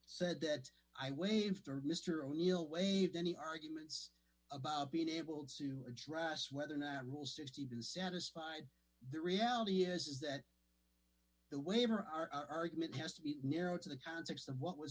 said that i waited for mr o'neal waived any arguments about being able to address whether or not a rule sixty been satisfied the reality is that the waiver our argument has to be narrowed to the context of what was